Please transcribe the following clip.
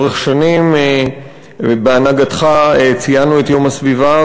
לאורך שנים בהנהגתך ציינו את יום הסביבה,